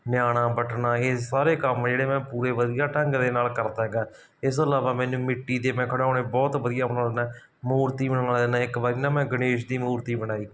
ਨਿਆਣਾ ਬਟਨਾ ਇਹ ਸਾਰੇ ਕੰਮ ਜਿਹੜੇ ਮੈਂ ਪੂਰੇ ਵਧੀਆ ਢੰਗ ਦੇ ਨਾਲ ਕਰਦਾ ਹੈਗਾ ਇਸ ਤੋਂ ਇਲਾਵਾ ਮੈਨੂੰ ਮਿੱਟੀ ਦੇ ਮੈਂ ਖਿਡੌਣੇ ਬਹੁਤ ਵਧੀਆ ਬਣਾਉਂਦਾ ਮੂਰਤੀ ਬਣਾ ਦਿੰਦਾ ਇੱਕ ਵਾਰ ਨਾ ਮੈਂ ਗਣੇਸ਼ ਦੀ ਮੂਰਤੀ ਬਣਾਈ